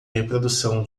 reprodução